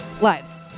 lives